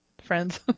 Friends